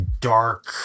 dark